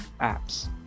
apps